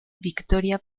victoria